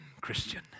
Christian